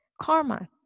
Karma